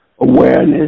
awareness